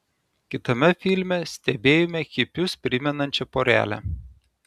kitame filme stebėjome hipius primenančią porelę